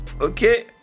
okay